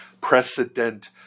precedent